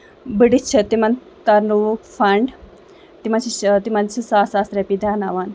بڑٕ چھِ تِمن ترنووُکھ فنڈ تِمن چھُ تِمن چھُ ساس ساس رۄپیہِ دیوناوان